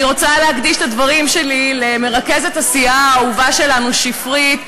אני רוצה להקדיש את הדברים שלי למרכזת הסיעה האהובה שלנו שפרית,